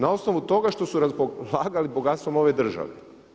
Na osnovu toga što su raspolagali bogatstvo ove države.